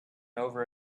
over